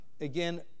again